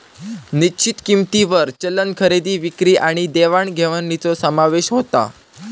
निश्चित किंमतींवर चलन खरेदी विक्री आणि देवाण घेवाणीचो समावेश होता